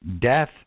Death